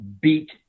beat